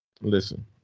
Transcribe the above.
Listen